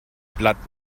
blatt